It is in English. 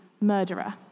murderer